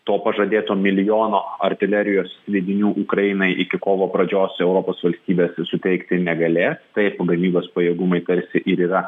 to pažadėto milijono artilerijos sviedinių ukrainai iki kovo pradžios europos valstybės suteikti negalės taip gamybos pajėgumai tarsi ir yra